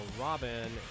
Robin